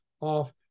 off